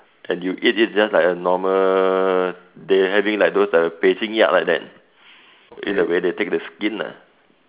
and you eat it just like a normal they having like those uh 北京鸭 like that in a way they take the skin lah